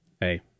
hey